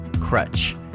crutch